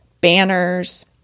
banners